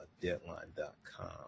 Deadline.com